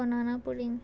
banana pudding